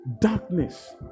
darkness